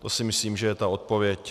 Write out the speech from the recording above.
To si myslím, že je ta odpověď.